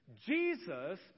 Jesus